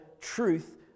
truth